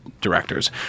directors